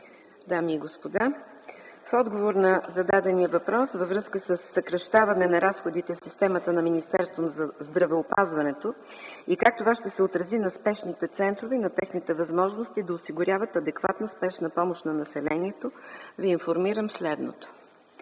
дами и господа! В отговор на зададения въпрос във връзка със съкращаване на разходите в системата на Министерството на здравеопазването и как това ще се отрази на спешните центрове, на техните възможности да осигуряват адекватна спешна помощ на населението, Ви информирам следното.